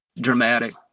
dramatic